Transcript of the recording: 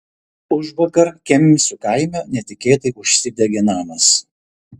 užvakar kemsių kaime netikėtai užsidegė namas